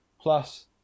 plus